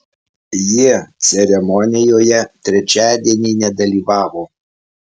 jie ceremonijoje trečiadienį nedalyvavo